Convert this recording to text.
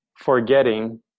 forgetting